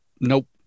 Nope